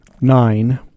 nine